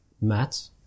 Matt